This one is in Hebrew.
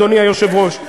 אדוני היושב-ראש,